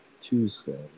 Tuesday